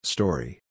Story